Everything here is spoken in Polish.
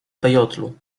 peyotlu